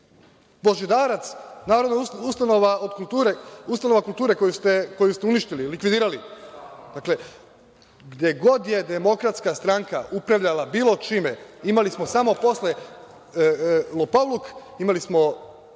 „Božidarac“, ustanova kulture koju ste uništili, likvidirali. Dakle, gde god je Demokratska stranka upravljala bilo čime imali smo samo posle lopovluk, imali smo